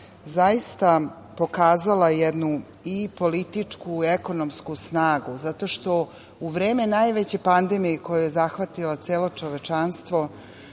zaista pokazala jednu i političku, ekonomsku snagu zato što u vreme najveće pandemije koja je zahvatila celo čovečanstvo